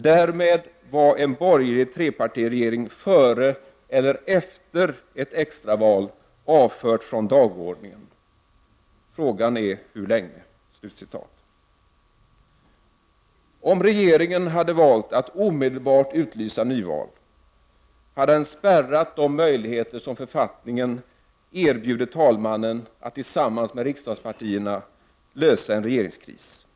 Därmed var en borgerlig trepartiregering före eller efter ett extra val avfört från dagordningen. Frågan är hur länge.” Om regeringen valt att omedelbart utlysa nyval hade den spärrat de möjligheter som författningen erbjuder talmannen att tillsammans med riksdagspartierna lösa en regeringskris.